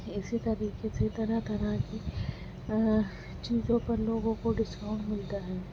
اسی طریقے سے طرح طرح کی چیزوں پر لوگوں کو ڈسکاؤنٹ ملتا ہے